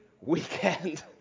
weekend